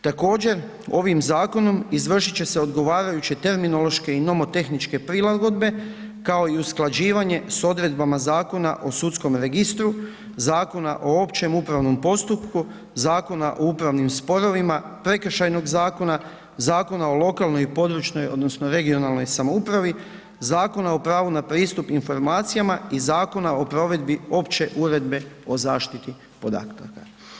Također, ovim zakonom izvršit će se odgovarajuće terminološke i mnemotehničke prilagodbe, kao i usklađivanje s odredbama Zakona o sudskom registru, Zakona o općem upravnom postupku, Zakona o upravnim sporovima, Prekršajnog zakona, Zakona o lokalnoj i područnoj (regionalnoj) samoupravi, Zakona o pravu na pristup informacijama i Zakona o provedbi Opće uredbe o zaštiti podataka.